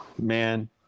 Man